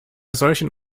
solchen